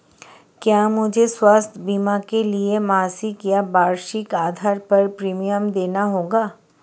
क्या मुझे स्वास्थ्य बीमा के लिए मासिक या वार्षिक आधार पर प्रीमियम देना होगा?